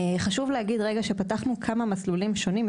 חשוב להגיד רגע שפתחנו כמה מסלולים שונים.